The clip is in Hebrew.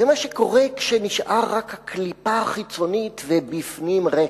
זה מה שקורה כשנשארת רק הקליפה החיצונית ובפנים ריק.